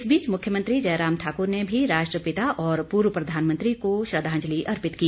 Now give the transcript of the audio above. इस बीच मुख्यमंत्री जयराम ठाकुर ने भी राष्ट्रपिता और पूर्व प्रधानमंत्री को श्रद्वांजलि अर्पित की